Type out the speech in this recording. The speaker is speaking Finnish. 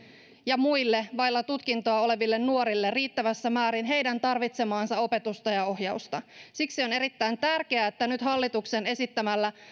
ja muille vailla tutkintoa oleville nuorille riittävässä määrin heidän tarvitsemaansa opetusta ja ohjausta siksi on erittäin tärkeää että nyt hallituksen esittämällä